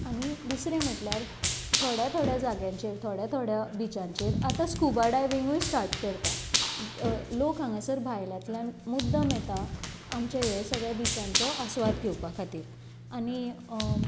आनी दुसरें म्हटल्यार थोड्या थोड्या जाग्यांचेर थोड्या थोड्या बिचांचेर आतां स्कुबा डायविंगूय स्टार्ट करतात लोक हांगासर भायल्यांतल्यान मुद्दाम येता आमच्या ह्या सगल्या बिचांचो आसवाद घेवपा खातीर आनी